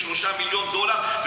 ב-3 מיליון דולר,